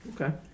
Okay